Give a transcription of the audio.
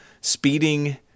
speeding